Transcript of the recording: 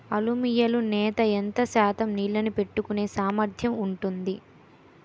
అలువియలు నేల ఎంత శాతం నీళ్ళని పట్టుకొనే సామర్థ్యం ఉంటుంది?